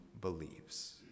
believes